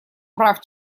прав